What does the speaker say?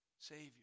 Savior